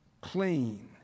clean